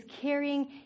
carrying